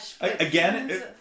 Again